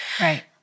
Right